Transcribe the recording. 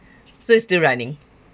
so it's still running